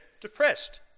depressed